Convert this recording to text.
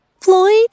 Floyd